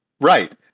right